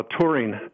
Touring